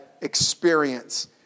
experience